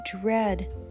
dread